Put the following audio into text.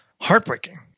heartbreaking